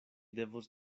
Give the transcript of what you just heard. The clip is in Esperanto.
devos